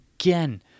again